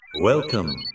Welcome